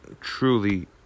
truly